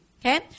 okay